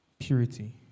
Purity